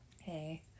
Hey